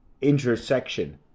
intersection